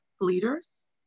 leaders